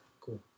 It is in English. Cool